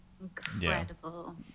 incredible